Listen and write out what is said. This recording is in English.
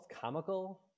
comical